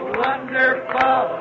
wonderful